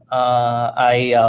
i